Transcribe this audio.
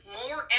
more